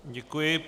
Děkuji.